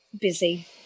busy